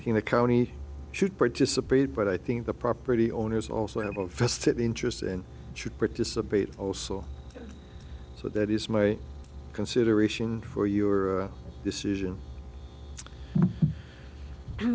study the county should participate but i think the property owners also have a vested interest and should participate also so that is my consideration for your decision to